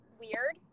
weird